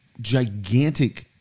gigantic